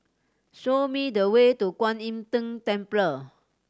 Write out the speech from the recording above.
show me the way to Kwan Im Tng Temple